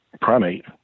primate